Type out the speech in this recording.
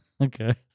Okay